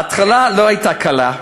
ההתחלה לא הייתה קלה,